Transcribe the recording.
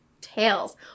tails